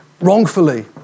wrongfully